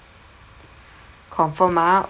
confirm ah